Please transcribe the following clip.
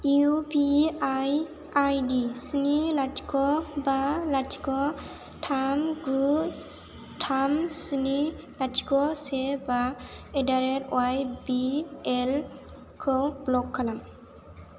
UPI ID स्नि लाथिख' बा लाथिख' थाम गु थाम स्नि लाथिख' से बा एडारेट वाइबिएल खौ ब्लक खालाम